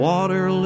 Water